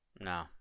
No